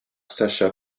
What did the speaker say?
sascha